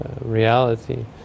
reality